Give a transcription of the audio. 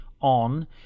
on